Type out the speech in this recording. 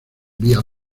vías